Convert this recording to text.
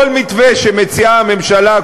כל מתווה שמציעה הממשלה,